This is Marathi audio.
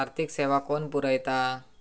आर्थिक सेवा कोण पुरयता?